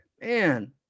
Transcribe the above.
man